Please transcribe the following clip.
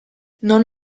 non